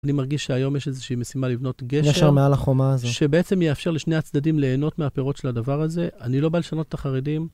אני מרגיש שהיום יש איזושהי משימה לבנות גשר. גשר מעל החומה הזו. שבעצם יאפשר לשני הצדדים ליהנות מהפירות של הדבר הזה. אני לא בלשנות את החרדים.